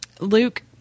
Luke